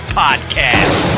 podcast